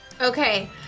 Okay